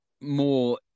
more